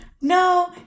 no